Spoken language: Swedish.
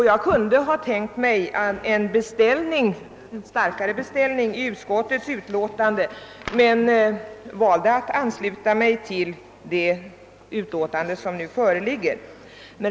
Jag kunde ha tänkt mig en starkare beställning i utskottsutlåtandet men valde att ansluta mig till det nu föreliggande utlåtandet.